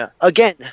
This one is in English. again